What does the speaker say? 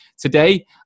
Today